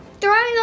throwing